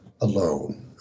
alone